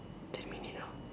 ten minute ah